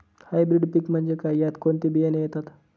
Hybrid पीक म्हणजे काय? यात कोणते बियाणे येतात?